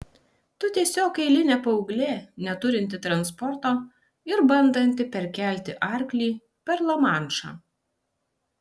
tu tiesiog eilinė paauglė neturinti transporto ir bandanti perkelti arklį per lamanšą